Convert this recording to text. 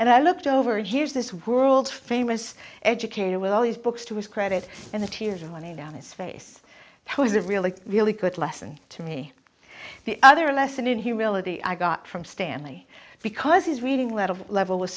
and i looked over and here's this world famous educator with all these books to his credit and the tears running down his face it was a really really good lesson to me the other lesson in humility i got from stanley because his reading little level was